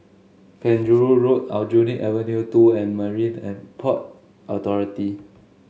Penjuru Road Aljunied Avenue Two and Marine And Port Authority